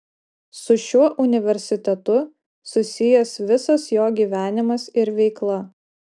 su šiuo universitetu susijęs visas jo gyvenimas ir veikla